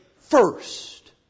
first